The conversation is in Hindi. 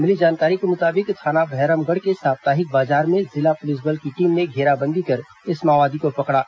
मिली जानकारी के मुताबिक थाना भैरमगढ़ के साप्ताहिक बाजार में जिला पुलिस बल की टीम ने घेराबंदी कर इस माओवादी को पकड़ा